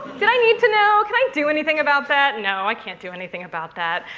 did i need to know? can i do anything about that? no, i can't do anything about that.